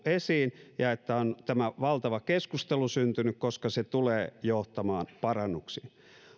esiin ja että on tämä valtava keskustelu syntynyt koska se tulee johtamaan parannuksiin